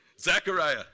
Zechariah